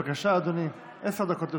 קובע כי הצעת החוק לא